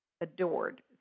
adored